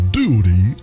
duty